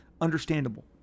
understandable